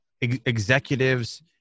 executives